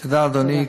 תודה, אדוני.